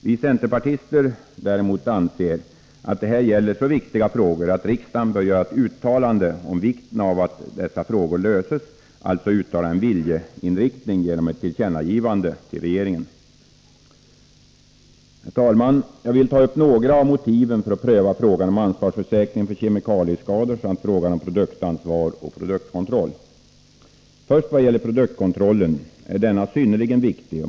Vi centerpartister däremot anser att det här gäller så viktiga frågor att riksdagen bör göra ett uttalande om vikten av att dessa löses — vi vill alltså att riksdagen uttalar en viljeinriktning genom ett tillkännagivande till regeringen. Herr talman! Jag vill ta upp några av motiven för förslaget om att pröva frågan om ansvarsförsäkring för kemikalieskador samt frågan om produktansvar och produktkontroll. Vad först gäller produktkontrollen vill jag konstatera att denna är synnerligen viktig.